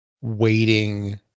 waiting